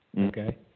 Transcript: Okay